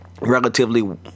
relatively